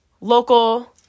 local